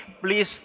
please